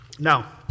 Now